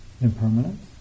impermanence